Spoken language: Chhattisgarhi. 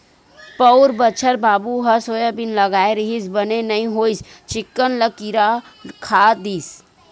पउर बछर बाबू ह सोयाबीन लगाय रिहिस बने नइ होइस चिक्कन ल किरा खा दिस